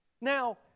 Now